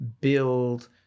build